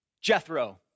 Jethro